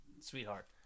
sweetheart